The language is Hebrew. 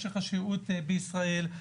משך השהות בישראל,